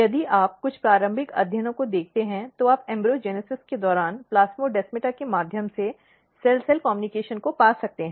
यदि आप कुछ प्रारंभिक अध्ययनों को देखते हैं तो आप भ्रूणजनन के दौरान प्लास्मोडेमाटा के माध्यम से सेल सेल संचार को पा सकते हैं